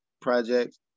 projects